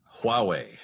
Huawei